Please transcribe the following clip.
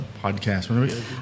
podcast